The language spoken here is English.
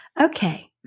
Okay